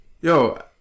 Yo